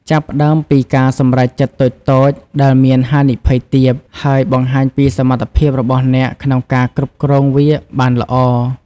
ចាប់ផ្ដើមពី ការសម្រេចចិត្តតូចៗ ដែលមានហានិភ័យទាប ហើយបង្ហាញពីសមត្ថភាពរបស់អ្នកក្នុងការគ្រប់គ្រងវាបានល្អ។